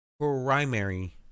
primary